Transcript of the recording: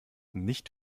nicht